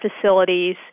facilities